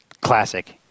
Classic